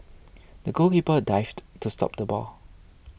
the goalkeeper dived to stop the ball